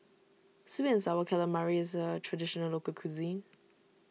Sweet and Sour Calamari is a Traditional Local Cuisine